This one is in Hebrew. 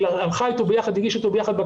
הלכה איתו ביחד לרשם להגיש בקשה,